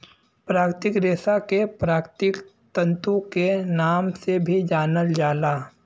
प्राकृतिक रेशा के प्राकृतिक तंतु के नाम से भी जानल जाला